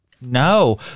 No